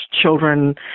children